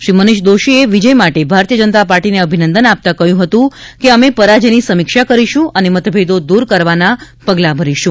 શ્રી મનિષ દોશીએ વિજય માટે ભારતીય જનતા પાર્ટીને અભિનંદન આપતાં કહ્યું હુતું કે અમે પરાજયની સમીક્ષા કરીશું અને મતભેદો દૂર કરવાના પગલાં ભરીશું